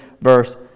verse